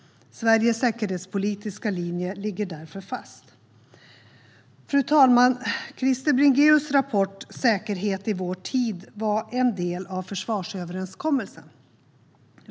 Sveriges säkerhetspolitiska linje ligger därför fast. Fru talman! Krister Bringéus rapport Säkerhet i vår tid var en del av försvarsöverenskommelsen.